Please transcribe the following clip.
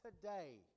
today